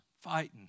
fighting